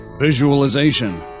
visualization